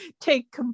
take